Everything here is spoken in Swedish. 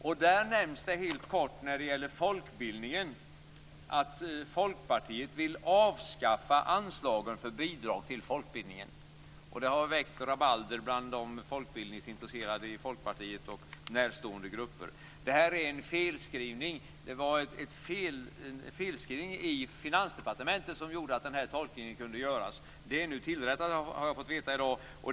När det gäller folkbildningen nämns det helt kort att Folkpartiet vill avskaffa anslag till bidrag till den. Det har väckt rabalder bland de folkbildningsintresserade i Folkpartiet och närstående grupper. Detta är en felskrivning. Det var en felskrivning i finansutskottet som gjorde att den här tolkningen kunde göras. Det är nu tillrättat, har jag fått veta i dag.